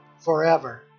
forever